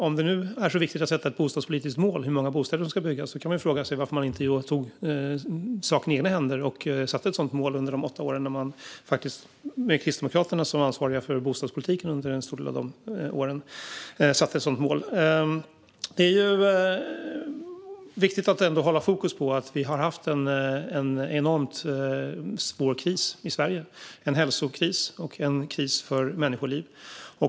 Om det nu är så viktigt att sätta ett bostadspolitiskt mål för hur många bostäder som ska byggas kan man fråga sig varför man inte tog saken i egna händer och satte ett sådant mål under de åtta åren, då Kristdemokraterna var ansvariga för bostadspolitiken under en stor del av åren. Det är viktigt att hålla fokus på att vi har haft en enormt svår kris i Sverige - en hälsokris och en kris för människoliv.